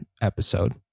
episode